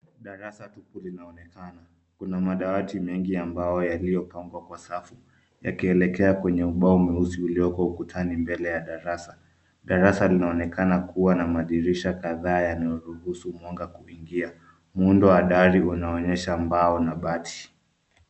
Darasa tupu linaonekana. Kuna madawati mengi yaliyopangwa kwa safu yakielekea kwenye ubao mweusi ulioko ukutani mbele ya darasa. Darasa linaonekana kuwa na madirisha kadhaa yanayoruhusu mwanga kuingia. Muundo wa dari unaonyesha mbao na bati.